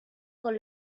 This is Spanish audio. con